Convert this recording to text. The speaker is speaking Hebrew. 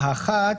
האחת,